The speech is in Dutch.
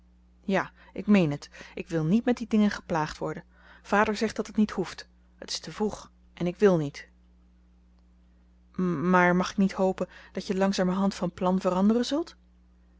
ja ik meen het ik wil niet met die dingen geplaagd worden vader zegt dat het niet hoeft het is te vroeg en ik wil niet maar mag ik niet hopen dat je langzamerhand van plan veranderen zult